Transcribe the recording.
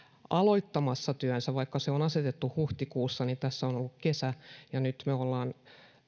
aloittamassa työnsä vaikka se on asetettu huhtikuussa niin tässä on on ollut kesä ja nyt me olemme